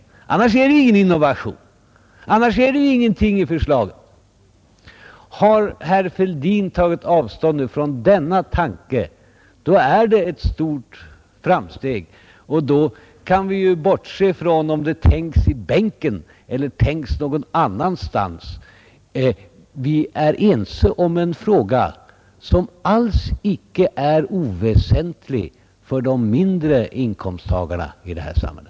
Annars är det ju ingen innovation. Annars är det ingenting med förslaget. Har herr Fälldin tagit avstånd från denna tanke, är det ett stort framsteg. Då kan vi bortse från om det tänks i bänken eller tänks någon annanstans. Vi är ense om en fråga, som alls inte är oväsentlig för de mindre inkomsttagarna i detta samhälle.